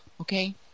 okay